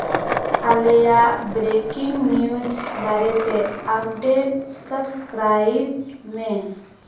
ᱟᱞᱮᱭᱟᱜ breaking news ᱵᱟᱨᱮᱛᱮ update subscribe ᱢᱮ